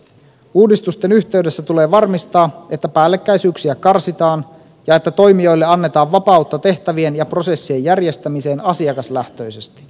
uudistusten yhteydessä tulee varmistaa että päällekkäisyyksiä karsitaan ja että toimijoille annetaan vapautta tehtävien ja prosessien järjestämiseen asiakaslähtöisesti